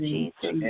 Jesus